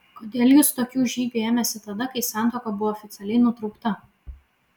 kodėl jis tokių žygių ėmėsi tada kai santuoka buvo oficialiai nutraukta